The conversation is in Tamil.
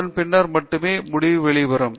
அதன் பின்னர் மட்டுமே முடிவு வெளியே வரும்